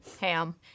Ham